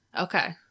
Okay